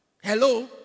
Hello